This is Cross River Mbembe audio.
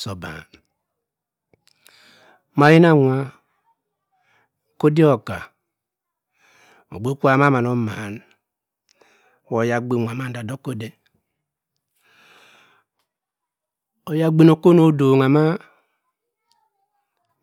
Sor obom, mamyi na nwa ka odik oka ogbe kwu uwa mamaan oman wa oyagbin nwa mamd dohk'ode oyangbin okor ono odanga ma